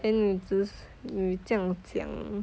then 你只 you 这样讲